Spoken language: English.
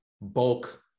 bulk